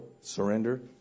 surrender